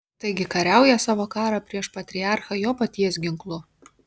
taigi kariauja savo karą prieš patriarchą jo paties ginklu